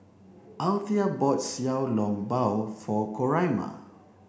Althea bought Xiao Long Bao for Coraima